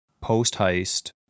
post-heist